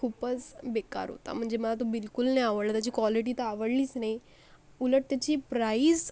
खूपच बेकार होता म्हणजे मला तर बिलकुल नाही आवडला त्याची क्वालिटी तर आवडलीच नाही उलट त्याची प्राईज